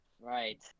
Right